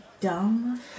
dumb